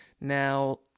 Now